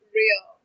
real